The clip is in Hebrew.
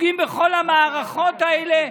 פוגעים בכל המערכות האלה.